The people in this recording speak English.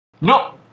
No